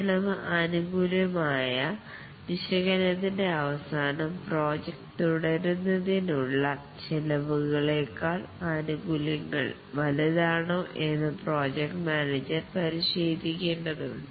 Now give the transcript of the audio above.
ചെലവ് ആനുകൂല്യ വിശകലനത്തിൻറെ അവസാനം പ്രോജക്ട് തുടരുന്നതിനുള്ള ചെലവുകളെകാൾ ആനുകൂല്യങ്ങൾ വലുതാണോ എന്ന് പ്രോജക്റ്റ് മാനേജർ പരിശോധിക്കേണ്ടതുണ്ട്